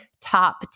top